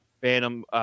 Phantom